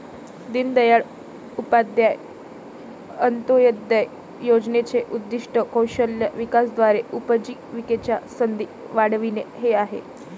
दीनदयाळ उपाध्याय अंत्योदय योजनेचे उद्दीष्ट कौशल्य विकासाद्वारे उपजीविकेच्या संधी वाढविणे हे आहे